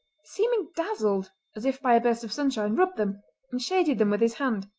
seeming dazzled as if by a burst of sunshine, rubbed them and shaded them with his hand.